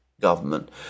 government